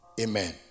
Amen